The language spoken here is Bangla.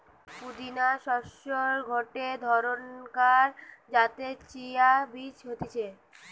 পুদিনা শস্যের গটে ধরণকার যাতে চিয়া বীজ হতিছে